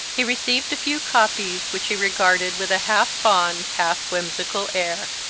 he received a few copies, which he regarded with a half-fond, half-whimsical air.